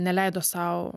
neleido sau